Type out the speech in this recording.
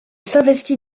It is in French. s’investit